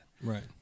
right